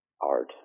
art